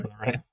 right